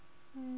hmm